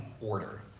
order